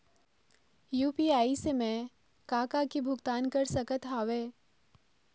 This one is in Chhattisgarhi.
यू.पी.आई से मैं का का के भुगतान कर सकत हावे?